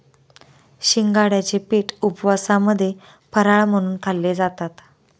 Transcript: शिंगाड्याचे पीठ उपवासामध्ये फराळ म्हणून खाल्ले जातात